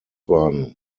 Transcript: one